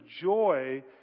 joy